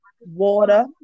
Water